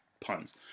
puns